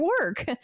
work